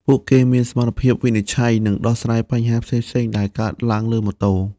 ពួកគេមានសមត្ថភាពវិនិច្ឆ័យនិងដោះស្រាយបញ្ហាផ្សេងៗដែលកើតឡើងលើម៉ូតូ។